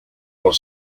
por